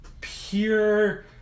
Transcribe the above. Pure